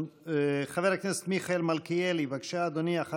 חבר הכנסת מיכאל מלכיאלי, בבקשה, אדוני.